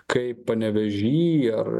kaip panevėžy ar